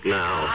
now